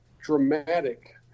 dramatic